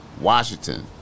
Washington